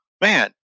man